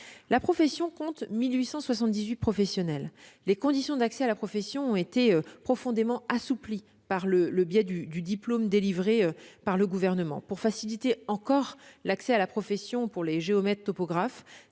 La profession compte 1 878 professionnels. Les conditions d'accès à la profession ont été profondément assouplies par le biais du diplôme délivré par le Gouvernement. Pour faciliter encore l'accès à la profession pour les géomètres-topographes,